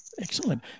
Excellent